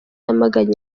yamaganye